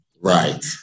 Right